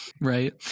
Right